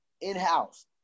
in-house